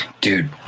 Dude